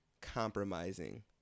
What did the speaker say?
compromising